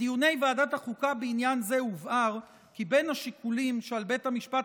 בדיוני ועדת החוקה בעניין זה הובהר כי בין השיקולים שעל בית המשפט